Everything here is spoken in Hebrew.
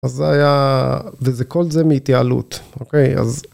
אז זה היה, וזה כל זה מהתייעלות, אוקיי, אז...